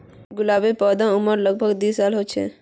गुलाबेर पौधार उम्र लग भग दी साल ह छे